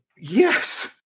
Yes